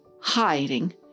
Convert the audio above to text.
hiding